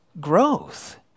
growth